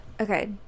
Okay